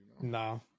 No